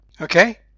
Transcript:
okay